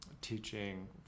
teaching